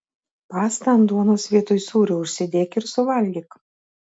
pastą ant duonos vietoj sūrio užsidėk ir suvalgyk